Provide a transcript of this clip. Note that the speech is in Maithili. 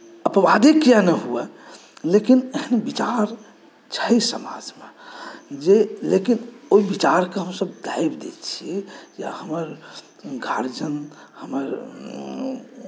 अपवादे किआ नहि हुए लेकिन एहन विचार छै समाजमे जे लेकिन ओहि विचारकेँ हमसभ दाबि दैत छी या हमर गार्जिअन हमर